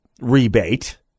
rebate